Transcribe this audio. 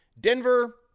Denver